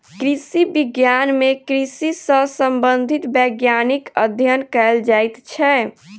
कृषि विज्ञान मे कृषि सॅ संबंधित वैज्ञानिक अध्ययन कयल जाइत छै